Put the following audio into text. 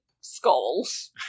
skulls